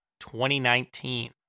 2019